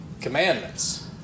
commandments